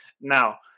now